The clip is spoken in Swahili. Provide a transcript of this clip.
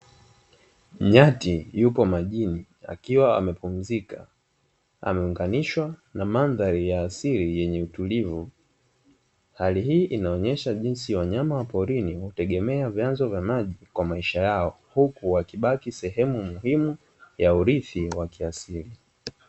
Nyati yupo majini akiwa amepumzikwa, ameunganishwa na mandhari ya asili yenye utulivu. Hali hii inaonyesha jinsi wanyama wa porini hutegemea vyanzo vya maji kwa maisha yao, huku wakibaki sehemu muhimu ya urithi wa kiasili.